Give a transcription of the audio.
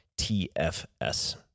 TFS